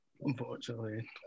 unfortunately